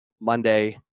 Monday